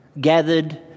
gathered